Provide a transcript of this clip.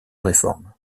réforme